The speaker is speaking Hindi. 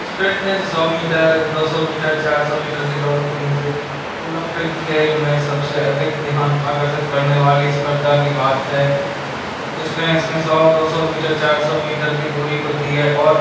स्प्रिंग जैसे सौ मीटर दो सौ मीटर चार सौ मीटर की दौड़ होती है ओलंपिक खेल में सबसे अधिक ध्यान आकर्सित करने वाली स्पर्धा की बात है तो इसमें सौ दो सौ मीटर चार सौ मीटर की दूरी होती है और